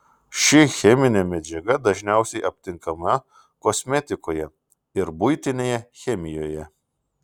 ši cheminė medžiaga dažniausiai aptinkama kosmetikoje ir buitinėje chemijoje